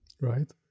right